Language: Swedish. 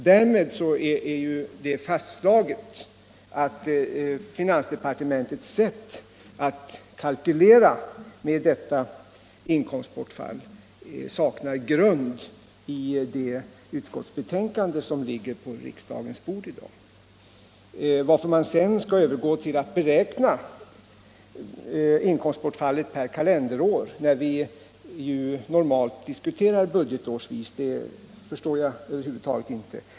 Därmed är det fastslaget att finansdepartementets sätt att kalkylera detta inkomstbortfall saknar grund i det utskottsbetänkande som ligger på riksdagens bord i dag. Att man valt att övergå till att beräkna inkomstbortfallet per kalenderår, när vi normalt diskuterar budgetårsvis, förstår jag över huvud taget inte.